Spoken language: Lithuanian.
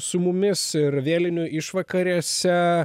su mumis ir vėlinių išvakarėse